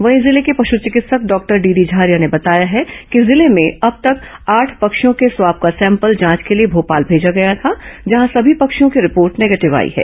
वहीं जिले के पशु चिकित्सक डॉक्टर डीडी झारिया ने बताया है कि जिले में अब तक आठ पक्षियों के स्वाब का सैंपल जांच के लिए भोपाल भेजा गया था जहां सभी पक्षियों की रिपोर्ट निगेटिव आई है